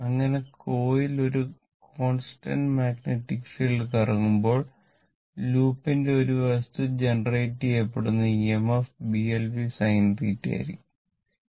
അങ്ങനെ കോയിൽ ഒരു constant magnetic field കറങ്ങുമ്പോൾ ലൂപ്പിന്റെ ഒരു വശത്ത് ജനറേറ്റുചെയ്യുന്ന EMFBLVsinθ ആയിരിക്കും